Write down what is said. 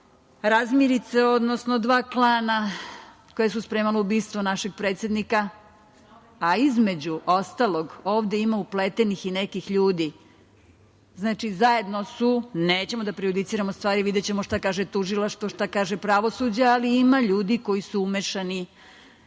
razmirice, odnosno dva klana koja su spremala ubistvo našeg predsednika, a između ostalog ovde ima upletenih i nekih ljudi. Znači, zajedno su, nećemo da prejudiciramo stvari, videćemo šta kaže tužilaštvo, šta kaže pravosuđe, ali ima ljudi koji su umešani,